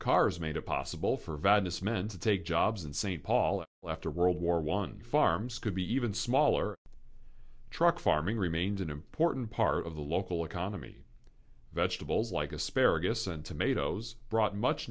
cars made it possible for vadis men to take jobs in st paul after world war one farms could be even smaller truck farming remains an important part of the local economy vegetables like asparagus and tomatoes brought much